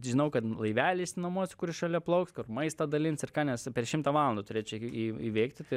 žinau kad laivelį išsinuomosiu kuris šalia plauks kur maistą dalins ir ką nes per šimtą valandų turėčia į įveikti tai